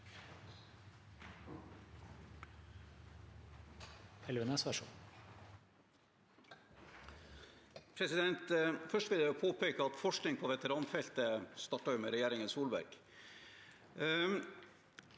Først vil jeg påpeke at forskning på veteranfeltet startet med regjeringen Solberg.